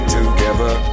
together